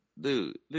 dude